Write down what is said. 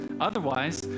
Otherwise